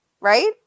Right